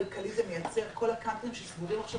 אני מסכים איתך שהמחיר הכלכלי הוא סופר כבד